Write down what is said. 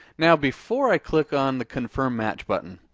now before i click on the confirm match button.